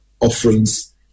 offerings